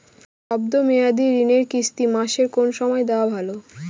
শব্দ মেয়াদি ঋণের কিস্তি মাসের কোন সময় দেওয়া ভালো?